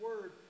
word